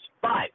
Five